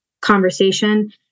conversation